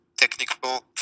technical